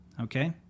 okay